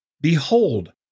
Behold